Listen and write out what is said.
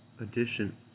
addition